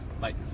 bye